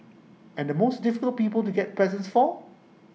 and the most difficult people to get presents for